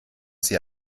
sie